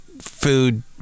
food